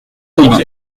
gobain